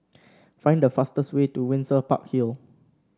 find the fastest way to Windsor Park Hill